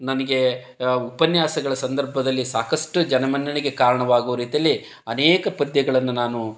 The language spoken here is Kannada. ನನಗೆ ಉಪನ್ಯಾಸಗಳ ಸಂದರ್ಭದಲ್ಲಿ ಸಾಕಷ್ಟು ಜನ ಮನ್ನಣೆಗೆ ಕಾರಣವಾಗುವ ರೀತಿಯಲ್ಲಿ ಅನೇಕ ಪದ್ಯಗಳನ್ನು ನಾನು